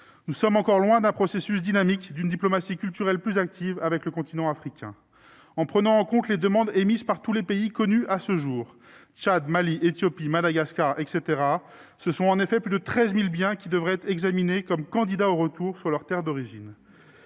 Nous sommes encore loin d'un processus dynamique d'une diplomatie culturelle plus active avec le continent africain. En prenant en compte les demandes émises par tous les pays et connues à ce jour- Tchad, Mali, Éthiopie, Madagascar, etc. -, ce sont en effet plus de 13 000 biens qui devraient être examinés comme « candidats au retour » sur leur terre d'origine.